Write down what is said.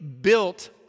built